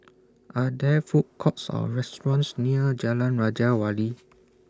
Are There Food Courts Or restaurants near Jalan Raja Wali